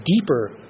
deeper